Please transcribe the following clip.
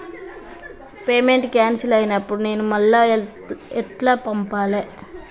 Payment cancel అయినపుడు నేను మళ్ళా ఎట్ల పంపాలే?